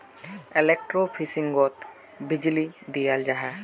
एलेक्ट्रोफिशिंगोत बीजली दियाल जाहा